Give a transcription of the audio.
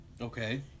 okay